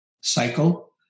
cycle